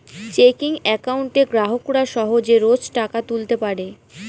checking একাউন্টে গ্রাহকরা সহজে রোজ টাকা তুলতে পারে